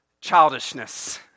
childishness